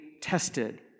tested